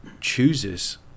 chooses